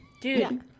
Dude